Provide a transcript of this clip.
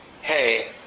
Hey